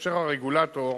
כאשר הרגולטור